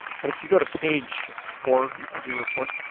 but if you go to page four of your report.